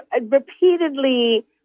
repeatedly